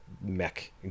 mech